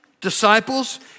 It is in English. disciples